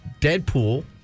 Deadpool